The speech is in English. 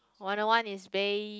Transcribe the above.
what I want is they